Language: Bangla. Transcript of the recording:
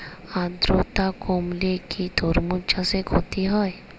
আদ্রর্তা কমলে কি তরমুজ চাষে ক্ষতি হয়?